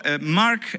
Mark